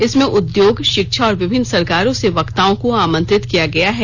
इसमें उद्योग शिक्षा और विभिन्न सरकारों से वक्ताओं को आमंत्रित किया गया है